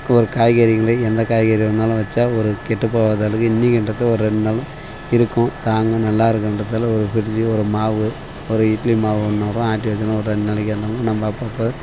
ஒரு காய்கறிகளை எந்த காய்கறி வேணுணாலும் வச்சால் ஒரு கெட்டுப்போகாத அளவுக்கு இன்னைக்குன்றத ஒரு ரெண்டு நாள் இருக்கும் தாங்கும் நல்லா இருக்குன்றதால ஒரு ஃப்ரிட்ஜூ ஒரு மாவு ஒரு இட்லி மாவு ஒன்று வரும் ஆட்டி வச்சாலும் ஒரு ரெண்டு நாளைக்கு ஆனாலும் நம்ம அப்பப்போ